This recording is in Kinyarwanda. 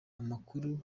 amakuru